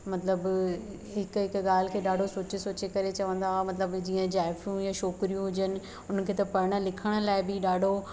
मतिलबु हिक हिक ॻाल्हि खे ॾाढो ॾाढो सोचे सोचे करे चवंदा हुआ मतिलबु जीअं जाइफूं या छोकिरियूं हुजनि हुनखे त पढ़ण लिखण लाइ बि ॾाढो